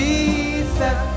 Jesus